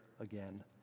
again